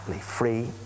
free